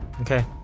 Okay